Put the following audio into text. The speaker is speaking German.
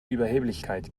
überheblichkeit